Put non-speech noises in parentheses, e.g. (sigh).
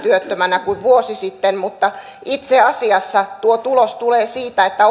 kuin vuosi sitten mutta itse asiassa tuo tulos tulee siitä että (unintelligible)